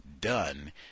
done